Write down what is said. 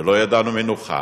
ולא ידענו מנוחה: